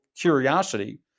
curiosity